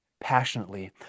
passionately